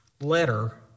letter